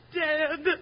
dead